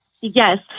Yes